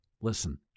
listen